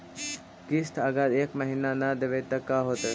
किस्त अगर एक महीना न देबै त का होतै?